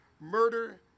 murder